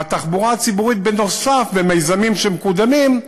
והתחבורה הציבורית בנוסף, במיזמים שמקודמים,